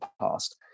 past